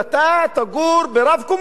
אתה תגור ברב-קומות ברהט.